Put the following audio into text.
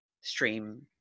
stream